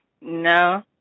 No